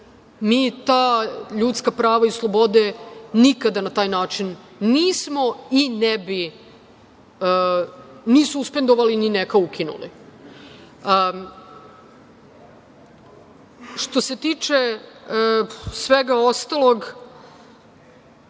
Mi ta ljudska prava i slobode nikada na taj nismo i ne bi ni suspendovali ni neka ukinuli. Što se tiče svega ostalog,